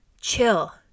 chill